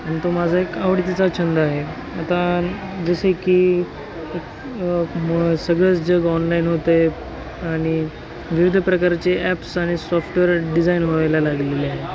आणि तो माझा एक आवडतीचा छंद आहे आता जसे की मु सगळंच जग ऑनलाईन होतं आहे आणि विविध प्रकारचे ॲप्स आणि सॉफ्टवेअर डिझाईन व्हायला लागलेले आहे